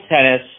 tennis